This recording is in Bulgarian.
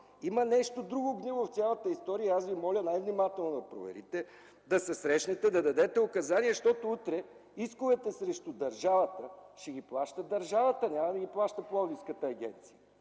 Има нещо друго гнило в цялата история и аз Ви моля най-внимателно да проверите, да се срещнете, да дадете указания, защото утре исковете срещу държавата ще ги плаща държавата, няма да ги плаща пловдивската агенция.